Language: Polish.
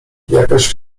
jakaś